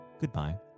goodbye